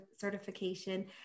Certification